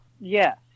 Yes